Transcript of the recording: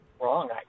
wrong